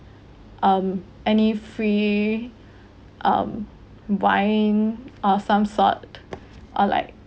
um any free um wine or some sort or like